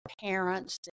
parents